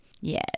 yes